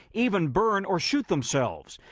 even burn or shoot themselves.